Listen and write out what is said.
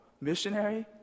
missionary